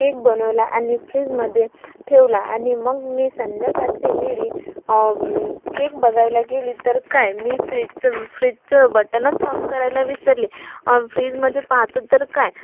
cake बनवला आणि फ्रीजमध्ये ठेवला आणि मग मी संध्याकाळच्या वेळी केक बघायला गेली तर काय मी फ्रीजचं फ्रीजचं बटनच ऑन करायला विसरले फ्रीजमध्ये पाहते तर काय